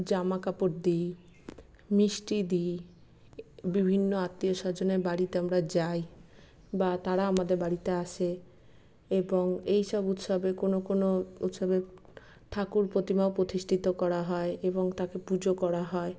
জামা কাপড় দি মিষ্টি দি বিভিন্ন আত্মীয়স্বজনের বাড়িতে আমরা যাই বা তারা আমাদের বাড়িতে আসে এবং এই সব উৎসবের কোনো কোনো উৎসবে ঠাকুর প্রতিমাও প্রতিষ্ঠিত করা হয় এবং তাকে পুজো করা হয়